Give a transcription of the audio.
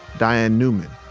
diane newman,